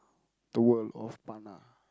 the world of